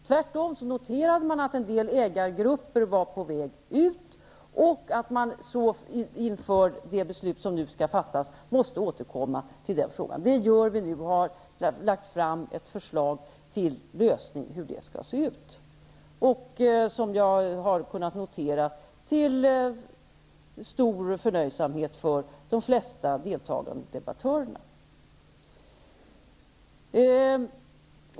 Tvärtom noterade man att en del ägargrupper var på väg ut och att man inför det beslut som nu skall fattas måste återkomma till frågan. Det gör vi nu och har lagt fram ett förslag till lösning -- som jag har kunnat notera till stor förnöjsamhet hos de flesta deltagande debattörerna.